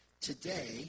Today